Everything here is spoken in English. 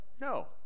No